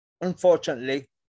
unfortunately